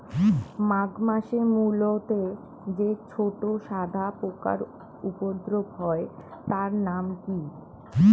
মাঘ মাসে মূলোতে যে ছোট সাদা পোকার উপদ্রব হয় তার নাম কি?